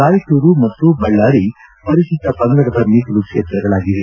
ರಾಯಚೂರು ಮತ್ತು ಬಳ್ಳಾರಿ ಪರಿಶಿಷ್ನ ಪಂಗಡದ ಮೀಸಲು ಕ್ಷೇತ್ರಗಳಾಗಿವೆ